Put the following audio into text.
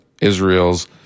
Israel's